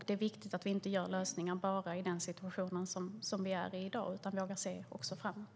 Det är viktigt att vi inte gör lösningar bara i den situation som vi i dag är i utan också vågar se framåt.